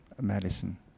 medicine